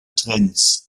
trends